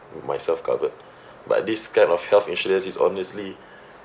myself covered but this kind of health insurance is honestly